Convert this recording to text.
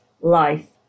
life